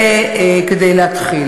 זה כדי להתחיל.